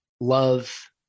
love